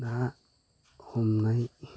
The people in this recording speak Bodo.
ना हमनाय